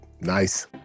Nice